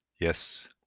Yes